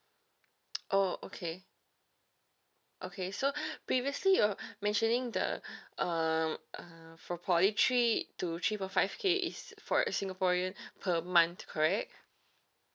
oh okay okay so previously you're mentioning the um uh for poly three to three point five K is for a singaporean per month coorect